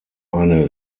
eine